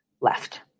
left